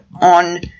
on